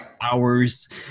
hours